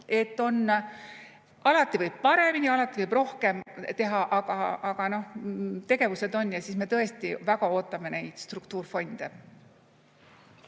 Alati võib paremini, alati võib rohkem teha, aga tegevused on. Me tõesti väga ootame neid struktuurfonde.